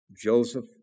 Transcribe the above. Joseph